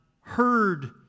heard